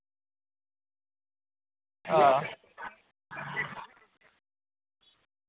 हां